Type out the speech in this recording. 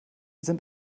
sind